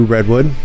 Redwood